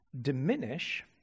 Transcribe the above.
diminish